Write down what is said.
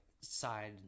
side